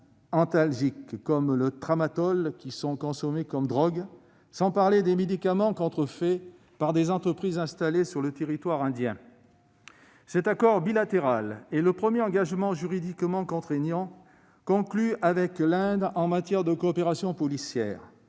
comme le Tramadol, qui sont consommés comme drogues, sans parler des médicaments contrefaits par des entreprises installées sur le territoire indien. Cet accord bilatéral est le premier engagement juridiquement contraignant conclu avec l'Inde en matière de coopération policière.